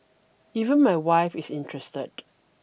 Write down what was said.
even my wife is interested